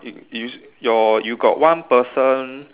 you you your you got one person